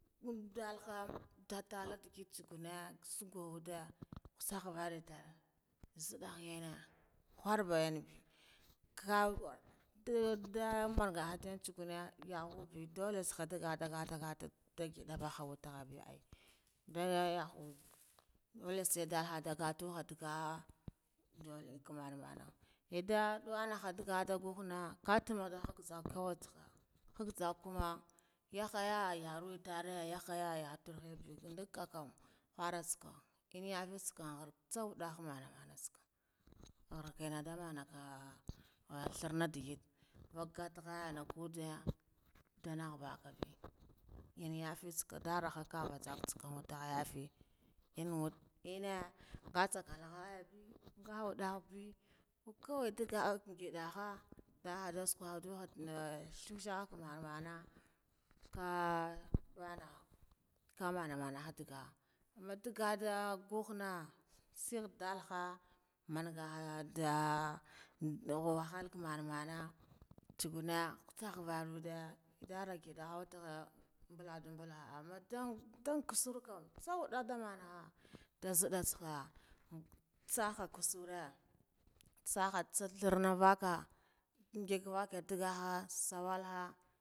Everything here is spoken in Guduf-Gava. Nbug dalha dallabe tsugune asug bude usug worrin tone nzide yana khah nda manga hagan tsugune yaboobe dole tsaha daga daga daganbe nda ngida witogganbe nda yaha, dole sai ta aduhan ndaga ennan kaman mana lela uwana khah dagata ngughe nah katuma agzah kuma yaghaga yaruntare yahaya yatirdenbe an kan khiratsaka nda tsakom wudde mana kwar enna damaka, wa threana digite nvagate ghe nagade nda nah bakabe enna yafe, tsaka ngadara isaka yaje enn enna nga isakal khaya be nga waddeghe be kukuwu ngadha madha shughana ah vana kah mana mana amma dagadu ngughi nan sel dalha manga manga dah wahal mana mana mana, nga ngide wetigha mbaladu bala ndan kasar kam kawai damana mana nda nzidde itsaha an tsaba kasara tsaha tathurene unvaka ngig vaka ndaga ha sawalha.